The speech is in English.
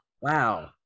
Wow